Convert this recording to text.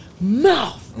mouth